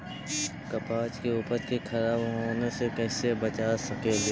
कपास के उपज के खराब होने से कैसे बचा सकेली?